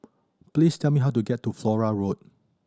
please tell me how to get to Flora Road